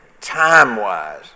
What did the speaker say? time-wise